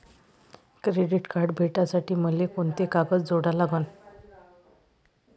Credit card भेटासाठी मले कोंते कागद जोडा लागन?